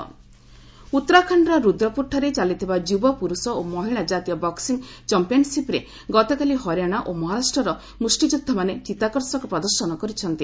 boxing ଉତ୍ତରାଖଣ୍ଡର ରୁଦ୍ରପୁରଠାରେ ଚାଲିଥିବା ଯୁବ ପୁରୁଷ ଓ ମହିଳା ଜାତୀୟ ବକ୍କିଂ ଚମ୍ପିୟନ୍ସିପ୍ରେ ଗତକାଲି ହରିଆଣା ଓ ମହାରାଷ୍ଟ୍ରର ମୁଷ୍ଠିଯୋଦ୍ଧାମାନେ ଚିତ୍ତାକର୍ଷକ ପ୍ରଦର୍ଶନ କରିଛନ୍ତି